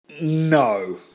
No